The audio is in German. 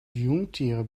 jungtiere